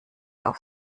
auf